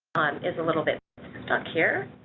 on, is a little bit stuck here.